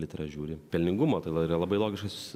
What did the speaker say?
litera žiūri pelningumo tada yra labai logiškas